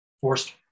forced